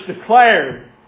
declared